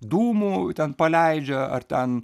dūmų ten paleidžia ar ten